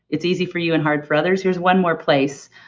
it's easy for you and hard for others. here's one more place.